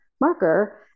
marker